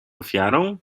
ofiarą